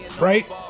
right